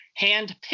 handpicked